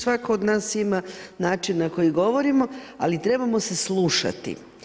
Svatko od nas ima način na koji govorimo, ali trebamo se slušati.